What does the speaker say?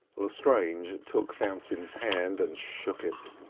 lestrange took fountain's hand and shook it.